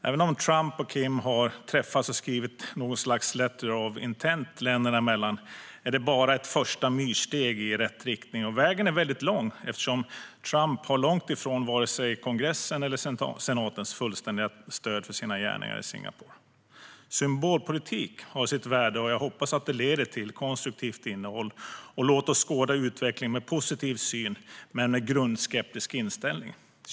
Även om Trump och Kim har träffats och skrivit något slags letter of intent länderna emellan är det bara ett första myrsteg i rätt riktning. Vägen är väldigt lång, eftersom Trump har långt ifrån vare sig kongressens eller senatens fullständiga stöd för sina gärningar i Singapore. Symbolpolitik har sitt värde. Jag hoppas att det leder till konstruktivt innehåll. Låt oss skåda utvecklingen med positiv syn men med grundskeptisk inställning.